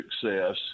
success –